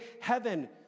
heaven